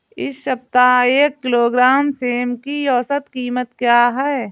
इस सप्ताह एक किलोग्राम सेम की औसत कीमत क्या है?